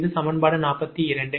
இது சமன்பாடு 42